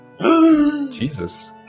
Jesus